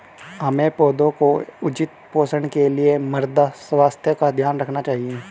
हमें पौधों के उचित पोषण के लिए मृदा स्वास्थ्य का ध्यान रखना चाहिए